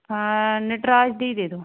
ਹਾਂ ਨਟਰਾਜ ਦੇ ਹੀ ਦੇ ਦਿਓ